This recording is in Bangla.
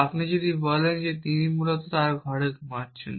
বা আপনি যদি বলেন যে তিনি মূলত তার ঘরে ঘুমাচ্ছেন